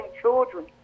children